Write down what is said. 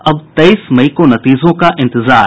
अब तेईस मई को नतीजों का इंतजार